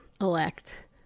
elect